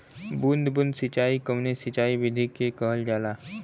बूंद बूंद सिंचाई कवने सिंचाई विधि के कहल जाला?